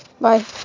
Bye